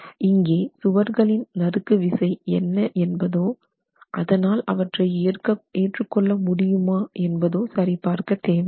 இங்கே சுவர்களின் நறுக்கு விசை என்ன என்பதோ அதனால் அவற்றை ஏற்று கொள்ள முடியுமா என்பதோ சரிபார்க்க தேவை இல்லை